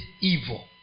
evil